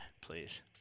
please